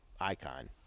icon